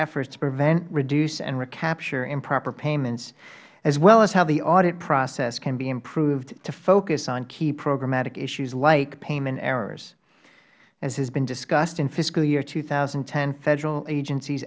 efforts to prevent reduce and recapture improper payments as well as how the audit process can be improved to focus on key programmatic issues like payment errors as has been discussed in fiscal year two thousand and ten federal agencies